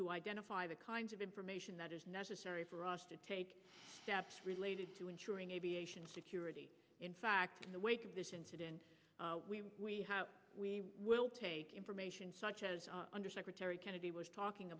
to identify the kinds of information that is necessary for us to take steps related to ensuring aviation security in fact in the wake of this incident we will take information such as undersecretary kennedy was talking